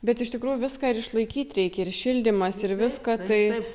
bet iš tikrųjų viską ir išlaikyt reikia ir šildymas ir viską taip